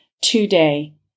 today